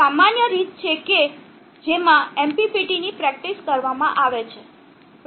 તેથી આ સામાન્ય રીત કે જેમાં MPPT ની પ્રેક્ટિસ કરવામાં આવે છે